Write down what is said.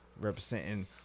representing